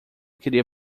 queria